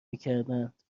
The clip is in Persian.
میکردند